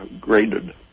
graded